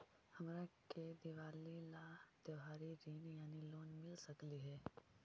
हमरा के दिवाली ला त्योहारी ऋण यानी लोन मिल सकली हे?